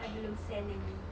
I belum send lagi